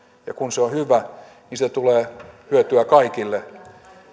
ja kun hän on hyvä niin siitä tulee hyötyä kaikille